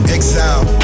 Exile